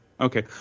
Okay